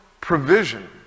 provision